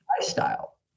lifestyle